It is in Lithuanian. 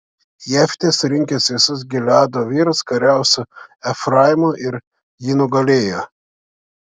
jeftė surinkęs visus gileado vyrus kariavo su efraimu ir jį nugalėjo